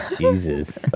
Jesus